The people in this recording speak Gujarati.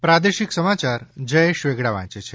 પ્રાદેશિક સમાચાર જયેશ વેગડા વાંચે છે